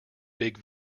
big